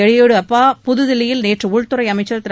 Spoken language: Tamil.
எடியூரப்பா புதுதில்லியில் நேற்று உள்துறை அமைச்சர் திரு